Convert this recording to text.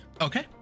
okay